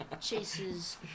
Chases